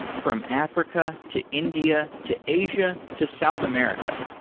from africa, to india, to asia, to south america,